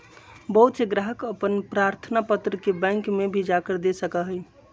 बहुत से ग्राहक अपन प्रार्थना पत्र के बैंक में भी जाकर दे सका हई